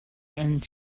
and